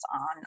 on